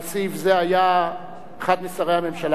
על סעיף זה היה אחד משרי הממשלה,